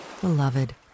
beloved